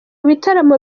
bitaramo